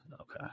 Okay